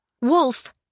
Wolf